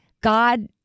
God